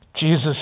Jesus